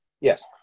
yes